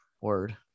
Word